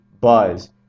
buzz